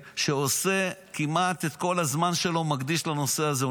שעושה, וכמעט את כל הזמן שלו מקדיש לנושא הזה.